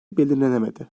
belirlenemedi